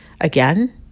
again